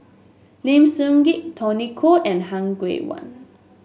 Lim Sun Gee Tony Khoo and Han Guangwei